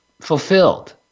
fulfilled